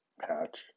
patch